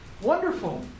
Wonderful